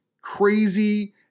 crazy